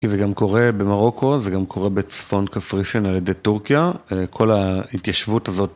זה גם קורה במרוקו, זה גם קורה בצפון קפריסין על ידי טורקיה, כל ההתיישבות הזאת.